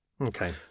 okay